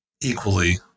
equally